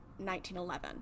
1911